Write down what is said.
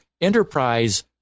enterprise